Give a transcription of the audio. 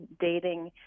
dating